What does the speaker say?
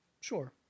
sure